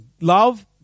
love